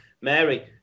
Mary